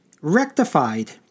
rectified